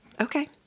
Okay